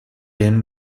بهم